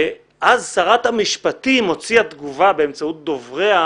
ואז שרת המשפטים הוציאה תגובה באמצעות דובריה,